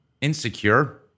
insecure